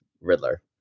Riddler